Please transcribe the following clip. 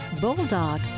bulldog